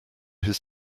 his